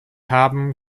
haben